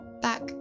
back